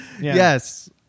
Yes